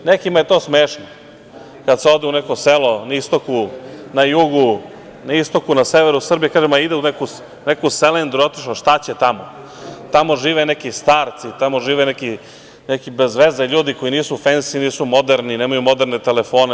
Nekima je to smešno kada se ode u neko selo na istoku, na jugu, na severu Srbije, kažu – ma, ide u neku selendru, šta će tamo, tamo žive neki starci, tamo žive neki bezveze ljudi koji nisu fensi, nisu moderni, nemaju moderne telefone.